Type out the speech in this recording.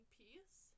piece